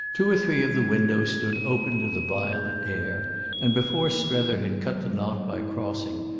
two or three of the windows stood open to the violet air and, before strether had cut the knot by crossing,